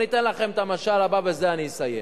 אתן לכם את המשל הבא, ובזה אני אסיים.